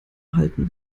halten